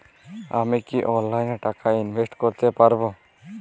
আমি কি অনলাইনে টাকা ইনভেস্ট করতে পারবো?